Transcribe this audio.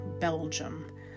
Belgium